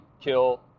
kill